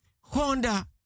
Honda